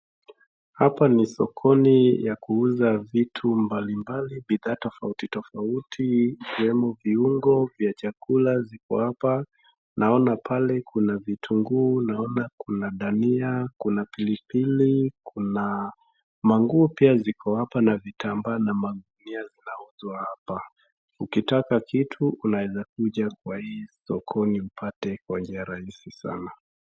Hapa ni sokoni ya kuuza vitu mbalimbali, bidhaa tofauti tofauti viwemo viungo vya chakula ziko hapa. Naona pale kuna vitunguu, naona kuna dania, kuna pilipili, kuna mannguo pia ziko hapa na vitambaa na magunia zinauzwa hapa. Ukitaka kitu unaweza kuja kwa hii sokoni upate kwa njia rahisi sana.